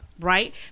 right